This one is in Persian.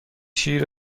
شیر